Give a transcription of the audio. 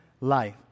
life